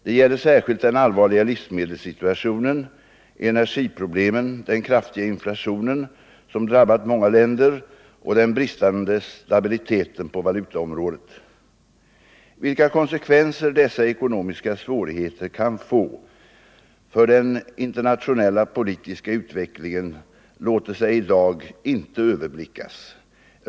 Det gäller särskilt den allvarliga livsmedelssituationen, ener 81 giproblemen, den kraftiga inflation som drabbat många länder och den bristande stabiliteten på valutaområdet. Vilka konsekvenser dessa ekonomiska svårigheter kan få för den internationella politiska utvecklingen låter sig i dag inte överblickas.